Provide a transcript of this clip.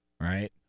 right